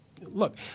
look